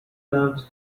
loves